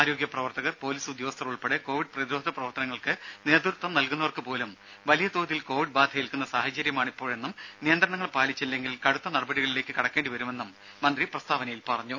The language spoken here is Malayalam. ആരോഗ്യ പ്രവർത്തകർ പോലീസ് ഉദ്യോഗസ്ഥർ ഉൾപ്പെടെ കോവിഡ് പ്രതിരോധ പ്രവർത്തനങ്ങൾക്ക് നേതൃത്വം നൽകുന്നവർക്ക് പോലും വലിയ തോതിൽ കോവിഡ് ബാധയേൽക്കുന്ന സാഹചര്യമാണിപ്പോഴെന്നും നിയന്ത്രണങ്ങൾ പാലിച്ചില്ലെങ്കിൽ കടുത്ത നടപടികളിലേക്ക് കടക്കേണ്ടിവരുമെന്നും മന്ത്രി പ്രസ്താവനയിൽ പറഞ്ഞു